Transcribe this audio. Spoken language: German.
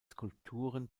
skulpturen